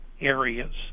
areas